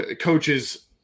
coaches